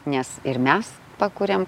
nes ir mes pakuriam